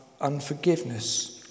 unforgiveness